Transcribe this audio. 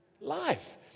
life